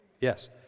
Yes